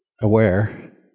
aware